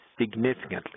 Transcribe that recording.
significantly